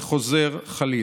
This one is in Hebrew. וחוזר חלילה.